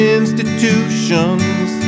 institutions